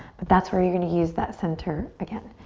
but that's where you're going to use that center again.